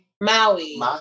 Maui